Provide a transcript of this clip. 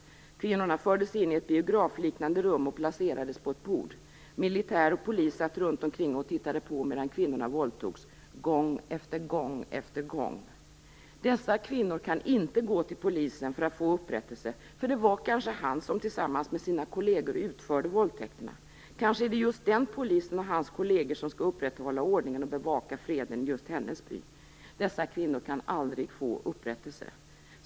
Kvinnorna fördes in i ett biografliknande rum och placerades på ett bord. Militär och polis satt runt omkring och tittade på medan kvinnorna våldtogs - gång efter gång efter gång. En sådan kvinna kan inte gå till polisen för att få upprättelse - det var kanske den polisman som hon får träffa som tillsammans med sina kolleger utförde våldtäkterna. Kanske är det just den polisen och hans kolleger som skall upprätthålla ordningen och bevaka freden i just hennes by. Dessa kvinnor kan aldrig få upprättelse.